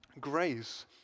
Grace